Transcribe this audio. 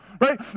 Right